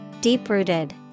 Deep-rooted